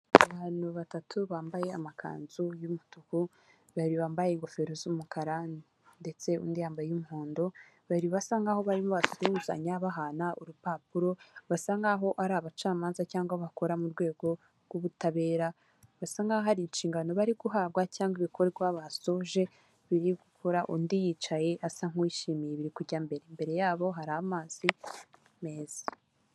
Abantu batatu bambaye amakanzu y'umutuku babiri bambaye ingofero z'umukara, ndetse undi yambaye umuhondo bari basa nkaho barimo basuguzanya bahana urupapuro, basa nkaho ari abacamanza cyangwa bakora mu rwego rw'ubutabera, basa nkaho hari ari inshingano bari guhabwa cyangwa ibikorwa basoje, biri gukora undi yicaye asa nk'uwishimiye ibiri kujya mbere, imbere yabo hari amazi meza.